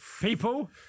People